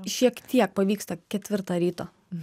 šiek tiek pavyksta ketvirtą ryto